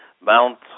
Mount